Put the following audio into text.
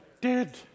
dead